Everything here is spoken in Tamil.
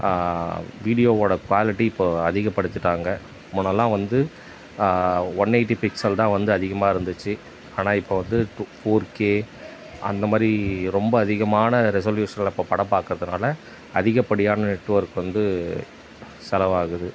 வீடியோவோட குவாலிட்டி இப்போது அதிகப்படுத்திவிட்டாங்க முன்னெல்லாம் வந்து ஒன் எயிட்டி பிக்சல் தான் வந்து அதிகமாக இருந்துச்சு ஆனால் இப்போ வந்து டு ஃபோர் கே அந்த மாதிரி ரொம்ப அதிகமான ரெசொலுஷனில் இப்போ படம் பார்க்கறதுனால அதிகப்படியான நெட் ஒர்க் வந்து செலவாகுது